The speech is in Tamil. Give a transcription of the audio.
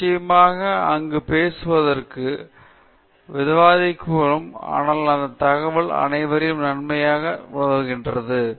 நீங்கள் நிச்சயமாக அங்கு பேசுவதற்கும் பேசுவதற்கும் விவாதிக்கவும் ஆனால் அந்த தகவல் அனைவராலும் நன்மையாக கவனம் செலுத்த உதவுகிறது